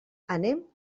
anem